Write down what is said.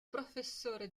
professore